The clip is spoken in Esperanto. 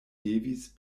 devis